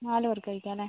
നാല് പേർക്ക് കഴിക്കാലേ